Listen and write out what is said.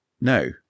No